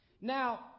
Now